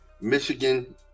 Michigan